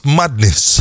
madness